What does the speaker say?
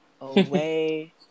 away